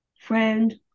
friend